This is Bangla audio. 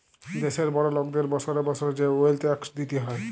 দ্যাশের বড় লকদের বসরে বসরে যে ওয়েলথ ট্যাক্স দিতে হ্যয়